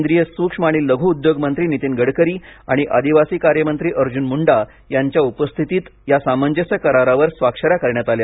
केंद्रीय सूक्ष्म आणि लघु उद्योग मंत्री नीतीन गडकरी आणि आदिवासी कार्यमंत्री अर्जुन मुंडा यांच्या उपस्थितीत या सामंजस्य करारांवर स्वाक्षऱ्या करण्यात आल्या